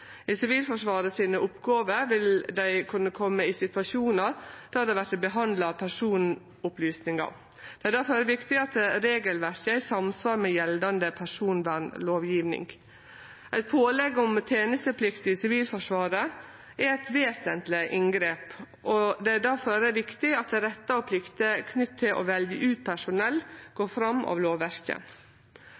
I Sivilforsvarets oppgåver vil dei kunne kome i situasjonar der det vert behandla personopplysningar. Difor er det viktig at regelverket er i samsvar med gjeldande personvernlovgjeving. Eit pålegg om tenesteplikt i Sivilforsvaret er eit vesentleg inngrep. Det er difor det er viktig at rettar og plikter knytte til å velje ut personell går fram av lovverket.